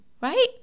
right